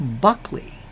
Buckley